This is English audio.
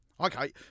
Okay